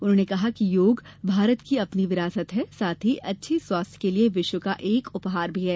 उन्होंने कहा कि योग भारत की अपनी विरासत है साथ ही यह अच्छे स्वास्थ्य के लिए विश्व का एक उपहार भी है